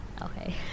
okay